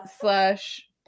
slash